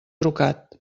trucat